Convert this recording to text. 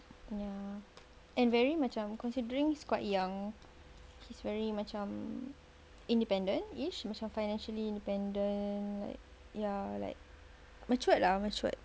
ya and very macam considering he's quite young he's very macam independentish macam financially independent like ya like matured lah matured